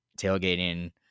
tailgating